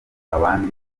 abandi